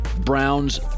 Brown's